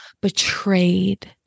betrayed